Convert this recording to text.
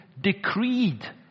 decreed